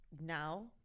now